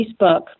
Facebook